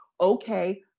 Okay